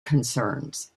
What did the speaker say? concerns